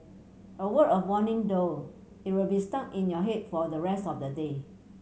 a word of warning though it will be stuck in your head for the rest of the day